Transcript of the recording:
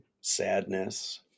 sadness